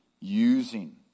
Using